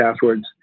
passwords